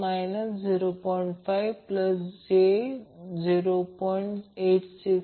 म्हणून Z T हा zZL होईल Z 2